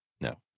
No